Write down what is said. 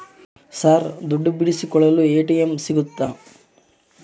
Sir ದುಡ್ಡು ಬಿಡಿಸಿಕೊಳ್ಳಲು ATM ಸಿಗುತ್ತಾ?